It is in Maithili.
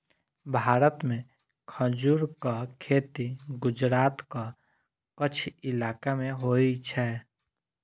भारत मे खजूरक खेती गुजरातक कच्छ इलाका मे होइ छै